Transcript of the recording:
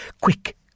Quick